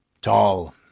Tall